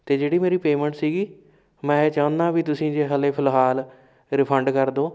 ਅਤੇ ਜਿਹੜੀ ਮੇਰੀ ਪੇਮੈਂਟ ਸੀਗੀ ਮੈਂ ਚਾਹੁੰਦਾ ਵੀ ਤੁਸੀਂ ਜੇ ਹਲੇ ਫਿਲਹਾਲ ਰਿਫੰਡ ਕਰਦੋ